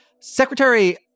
Secretary